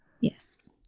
Yes